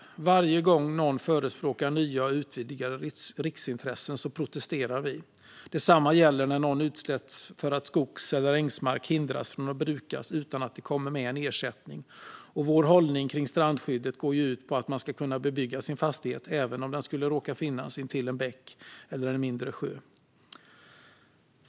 Varje gång någon förespråkar nya och utvidgade riksintressen protesterar vi. Detsamma gäller när någon utan ersättning hindras från att bruka sin skogs eller ängsmark, och vår hållning när det gäller strandskyddet går ju ut på att man ska kunna bebygga sin fastighet även om den skulle finnas vid en bäck eller en mindre sjö.